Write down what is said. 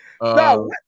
No